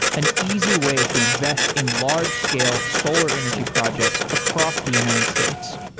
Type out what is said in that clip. an easy way to invest in large scale solar energy projects across the united states.